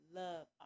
love